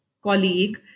Colleague